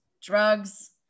drugs